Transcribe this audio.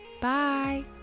Bye